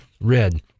Red